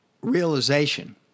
realization